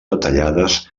detallades